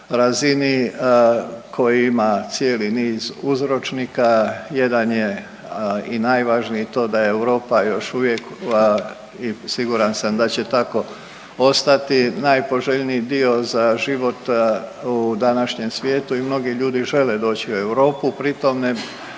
razini koji ima cijeli niz uzročnika. Jedan je i najvažniji je to da Europa još uvijek i siguran sam da će tako ostati najpoželjniji dio za život u današnjem svijetu i mnogi ljudi žele doći u Europu pritom ne